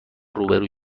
روبرو